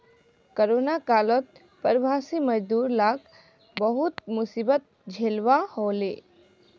corona कालत प्रवासी मजदूर लाक बहुत मुसीबत झेलवा हले